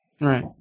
Right